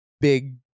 big